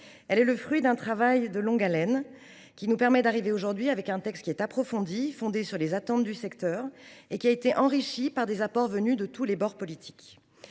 Elle est le fruit d’un travail de longue haleine, grâce auquel nous examinons un texte approfondi, fondé sur les attentes du secteur, et qui a été enrichi par des apports venus de tous les bords politiques.